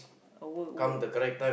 a work work